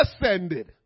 ascended